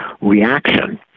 reaction